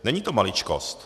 Není to maličkost.